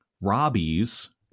Robbie's